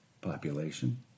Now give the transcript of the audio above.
population